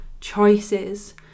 choices